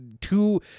two